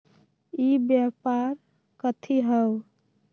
ई व्यापार कथी हव?